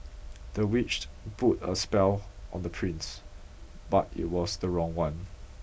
the witch put a spell on the prince but it was the wrong one